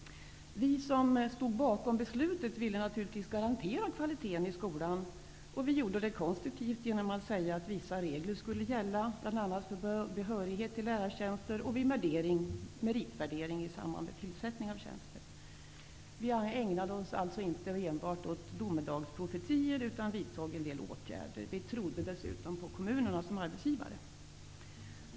Vi som stod bakom beslutet ville naturligtvis garantera kvalitet i skolan. Och det gjorde vi på ett konstruktivt sätt genom att säga att vissa regler skulle gälla, bl.a. för behörighet till lärartjänst och vid meritvärdering i samband med tillsättande av tjänster. Vi ägnade oss alltså inte bara åt domedagsprofetior, utan vi vidtog en del åtgärder. Vi trodde dessutom på kommunerna som arbetsgivare.